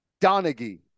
Donaghy